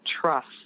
trust